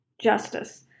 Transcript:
justice